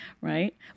right